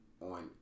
on